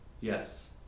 Yes